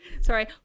sorry